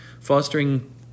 fostering